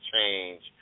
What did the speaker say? change